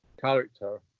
character